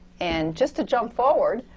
and just to jump forward,